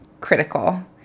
critical